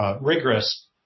rigorous